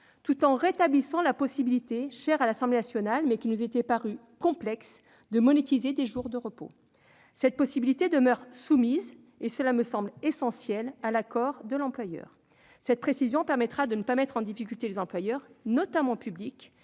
tout en rétablissant la possibilité, chère à l'Assemblée nationale, mais qui nous était apparue complexe, de monétiser des jours de repos. Cette possibilité demeure soumise- et cela me semble essentiel -à l'accord de l'employeur. Cette précision permettra de ne pas mettre en difficulté les employeurs, notamment publics,